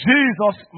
Jesus